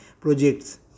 projects